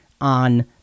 on